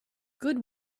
good